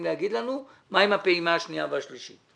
לומר לנו מה עם הפעימה השנייה והשלישית.